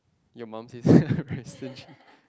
your mum says very stingy